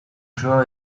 draw